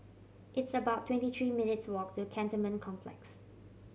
it's about twenty three minutes' walk to Cantonment Complex